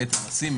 בית הנשיא,